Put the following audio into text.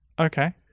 Okay